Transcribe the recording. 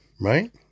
right